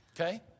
Okay